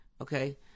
okay